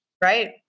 Right